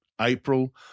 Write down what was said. April